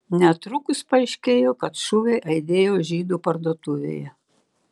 netrukus paaiškėjo kad šūviai aidėjo žydų parduotuvėje